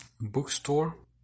bookstore